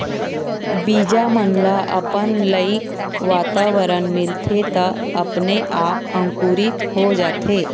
बीजा मन ल अपन लइक वातावरन मिलथे त अपने आप अंकुरित हो जाथे